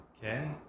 Okay